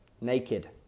naked